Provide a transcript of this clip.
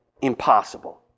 impossible